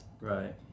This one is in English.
Right